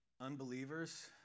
unbelievers